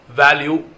value